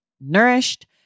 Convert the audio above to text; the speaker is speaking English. nourished